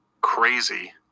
crazy